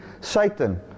Satan